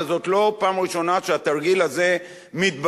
וזאת לא הפעם הראשונה שהתרגיל הזה מתבצע.